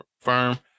firm